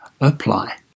apply